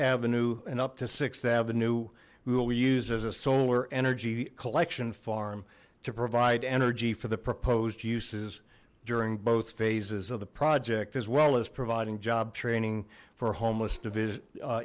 avenue and up to sixth avenue we will be used as a solar energy collection farm to provide energy for the proposed uses during both phases of the project as well as providing job training for homeless to visit